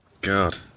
God